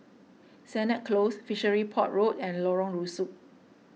Sennett Close Fishery Port Road and Lorong Rusuk